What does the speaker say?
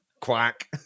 Quack